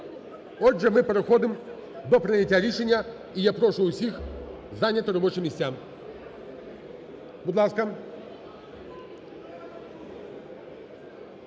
Отже, ми переходимо до прийняття рішення і я прошу всіх зайняти робочі місця. Будь ласка,